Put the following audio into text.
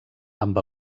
amb